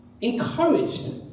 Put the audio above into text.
encouraged